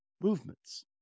movements